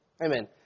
amen